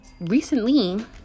recently